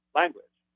language